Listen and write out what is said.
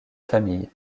famille